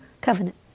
covenant